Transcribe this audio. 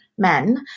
Men